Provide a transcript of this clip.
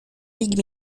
ligues